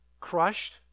crushed